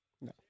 No